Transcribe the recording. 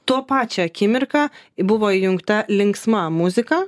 tuo pačią akimirką buvo įjungta linksma muzika